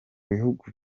bihugu